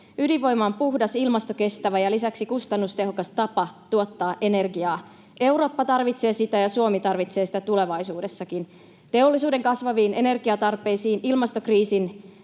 Ydinvoima on puhdas, ilmastokestävä ja lisäksi kustannustehokas tapa tuottaa energiaa. Eurooppa tarvitsee sitä, ja Suomi tarvitsee sitä tulevaisuudessakin teollisuuden kasvaviin energiatarpeisiin, ilmastokriisin